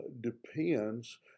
depends